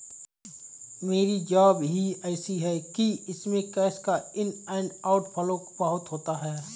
मेरी जॉब ही ऐसी है कि इसमें कैश का इन एंड आउट फ्लो बहुत होता है